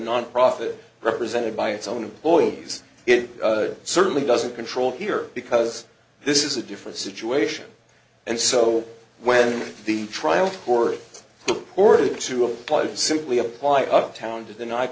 nonprofit represented by its own employees it certainly doesn't control here because this is a different situation and so when the trial court order to apply to simply apply uptown